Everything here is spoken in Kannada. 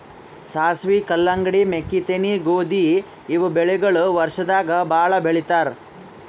ಸಾಸ್ವಿ, ಕಲ್ಲಂಗಡಿ, ಮೆಕ್ಕಿತೆನಿ, ಗೋಧಿ ಇವ್ ಬೆಳಿಗೊಳ್ ವರ್ಷದಾಗ್ ಭಾಳ್ ಬೆಳಿತಾರ್